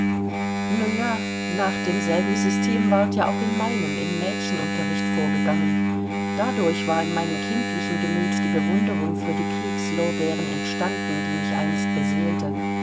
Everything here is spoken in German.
nun ja nach demselben system ward ja auch in meinem im mädchenunterricht vorgegangen dadurch war in meinem kindlichen gemüt die bewunderung für die kriegslorbeeren entstanden die mich einst beseelte